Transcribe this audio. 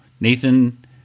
Nathan